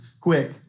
Quick